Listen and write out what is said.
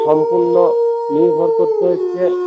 সম্পূর্ণ নির্ভর করতে হচ্ছে